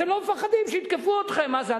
אתם לא מפחדים, שיתקפו אתכם, מה זה?